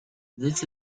this